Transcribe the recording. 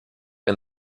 and